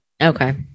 okay